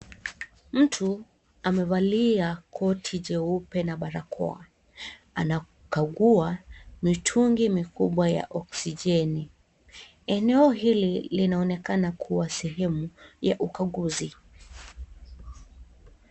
Mtu amevalia koti jeupe na barakoa. Anakagua mitungi mikubwa ya oksijeni. Eneo hili linaonekana kuwa sehemu ya ukaguzi.